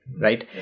right